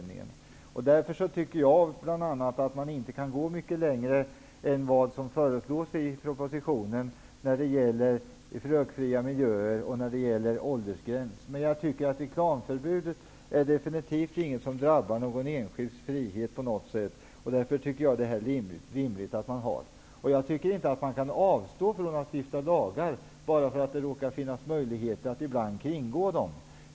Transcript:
Därför tycker jag bl.a. att man inte kan gå mycket längre än vad som föreslås i propositionen när det gäller rökfria miljöer och åldersgräns. Jag tycker att reklamförbudet definitivt inte är något som drabbar en enskild persons frihet. Därför är det rimligt att ha ett reklamförbud. Jag tycker inte att man kan avstå från att stifta lagar bara för att det råkar finnas möjligheter att ibland kringgå dem.